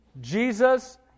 Jesus